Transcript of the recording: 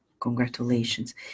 congratulations